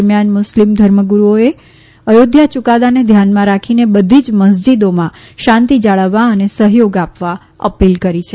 દરમિયાન મુસ્લિમ ધર્મગુરૂઓએ અયોધ્યા યુકાદાને ધ્યાનમાં રાખીને બધી જ મસ્જીદોમાં શાંતી જાળવવા અને સહયોગ આપવા અપીલ કરી છે